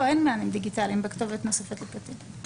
לא, אין מענים דיגיטליים בכתובת נוספת לקטין.